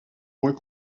moins